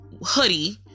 hoodie